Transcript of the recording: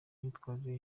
myitwarire